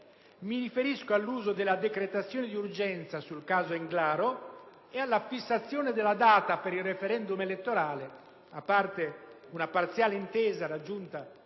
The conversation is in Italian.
Mi riferisco all'uso della decretazione di urgenza sul caso Englaro e alla fissazione della data per il *referendum* elettorale, a parte una parziale intesa raggiunta